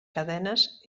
cadenes